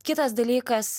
kitas dalykas